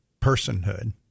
personhood